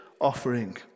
offering